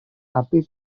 api